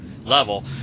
level